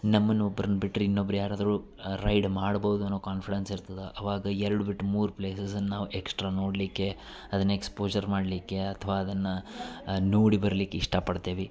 ನಮ್ಮನ ಒಬ್ರನ್ನ ಬಿಟ್ರ ಇನ್ನೊಬ್ರ ಯಾರಾದರು ರೈಡ್ ಮಾಡ್ಬೋದು ಅನ್ನೊ ಕಾನ್ಫಿಡೆನ್ಸ್ ಇರ್ತದ ಅವಾಗ ಎರಡು ಬಿಟ್ಟು ಮೂರು ಪ್ಲೇಸಸನ್ನ ನಾವು ಎಕ್ಸ್ಟ್ರ ನೋಡಲಿಕ್ಕೆ ಅದನ್ನ ಎಕ್ಸ್ಪೋಜರ್ ಮಾಡಲಿಕ್ಕೆ ಅಥವಾ ಅದನ್ನ ನೋಡಿ ಬರ್ಲಿಕ್ಕೆ ಇಷ್ಟಪಡ್ತೇವಿ